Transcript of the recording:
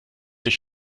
sich